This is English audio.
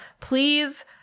please